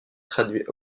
traduit